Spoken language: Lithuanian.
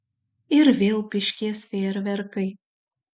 ir vėl pyškės fejerverkai